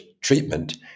treatment